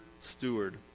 steward